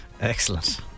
Excellent